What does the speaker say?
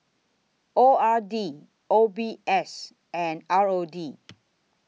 O R D O B S and R O D